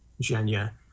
Genya